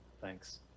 Thanks